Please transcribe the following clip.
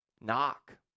knock